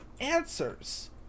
answers